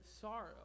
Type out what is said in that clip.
sorrow